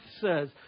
says